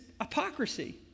hypocrisy